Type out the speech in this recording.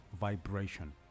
vibration